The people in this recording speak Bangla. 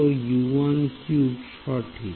ও সঠিক